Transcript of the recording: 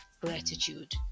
gratitude